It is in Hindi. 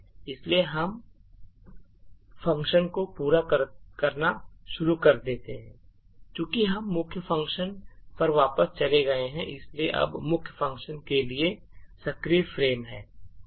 इसलिए अब हमने फंक्शन को पूरा करना शुरू कर दिया है और चूंकि हम मुख्य फंक्शन पर वापस चले गए हैं इसलिए अब मुख्य फंक्शन के लिए सक्रिय फ़्रेम है